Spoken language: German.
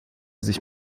sich